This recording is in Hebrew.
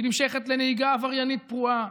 היא נמשכת לנהיגה עבריינית פרועה,